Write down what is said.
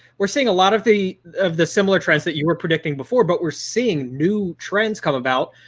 we're seeing a lot of the of the similar trends that you were predicting before, but we're seeing new trends come about.